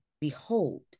behold